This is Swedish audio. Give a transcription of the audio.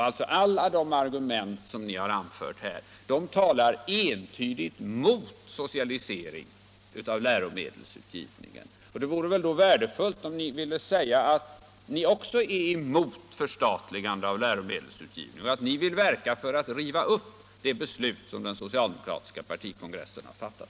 Alla de argument som ni har anfört här talar alltså entydigt mot socialisering av läromedelsutgivningen. Det vore väl då värdefullt om ni ville säga att ni också är emot förstatligande av läromedelsutgivning och att ni vill verka för att riva upp det beslut som den socialdemokratiska partikongressen har fattat.